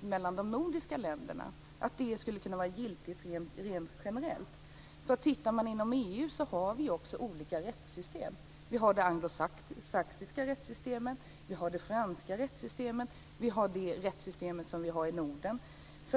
mellan de nordiska länderna - skulle kunna vara giltig rent generellt. Inom EU har vi ju också olika rättssystem. Vi har det anglosachsiska rättssystemet. Vi har det franska rättssystemet. Vi har det rättssystem som finns i Norden.